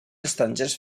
estrangers